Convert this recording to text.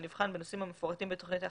הנבחן בנושאים המפורטים בתוכנית ההכשרה,